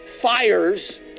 fires